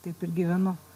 taip ir gyvenu